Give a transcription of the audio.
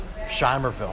Shimerville